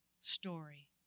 story